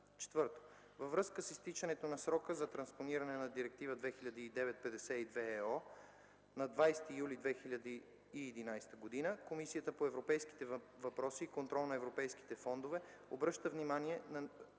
ІV. Във връзка с изтичането на срока за транспониране на Директива 2009/52/ЕО на 20 юли 2011 г., Комисията по европейските въпроси и контрол на европейските фондове обръща внимание на